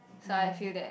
so I feel that